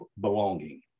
belonging